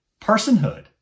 personhood